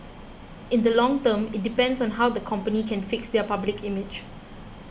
in the long term it depends on how the company can fix their public image